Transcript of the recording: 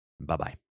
Bye-bye